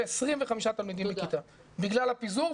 25 תלמידים לכיתה בגלל הפיזור,